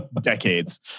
Decades